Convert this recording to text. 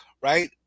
right